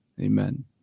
Amen